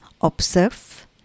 observe